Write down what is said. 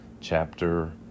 chapter